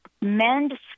mend